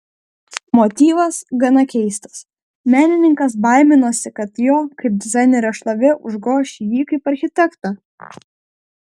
motyvas gana keistas menininkas baiminosi kad jo kaip dizainerio šlovė užgoš jį kaip architektą